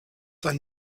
sein